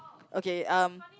okay um